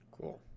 Cool